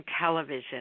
television